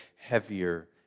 heavier